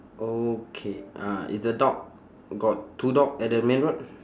okay uh is the dog got two dog at the main road